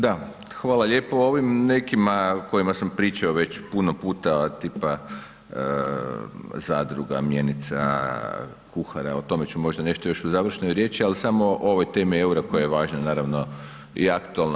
Da, hvala lijepa o ovim nekima o kojima sam pričao već puno puta tipa zadruga, mjenica, kuhara o tome ću možda nešto još u završnoj riječi, ali samo o ovoj tema EUR-a koja je važna naravno i aktualna.